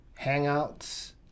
hangouts